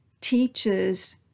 teaches